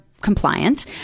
compliant